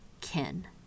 kin